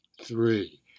Three